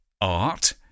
art